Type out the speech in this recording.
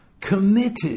Committed